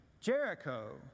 Jericho